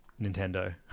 Nintendo